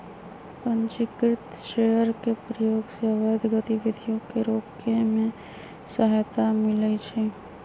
पंजीकृत शेयर के प्रयोग से अवैध गतिविधियों के रोके में सहायता मिलइ छै